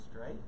right